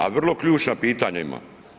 A vrlo ključna pitanja imamo.